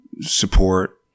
support